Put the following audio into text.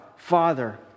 father